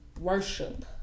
worship